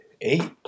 eight